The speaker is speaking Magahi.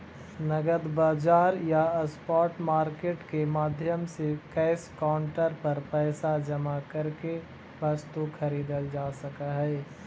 नगद बाजार या स्पॉट मार्केट के माध्यम से कैश काउंटर पर पैसा जमा करके वस्तु खरीदल जा सकऽ हइ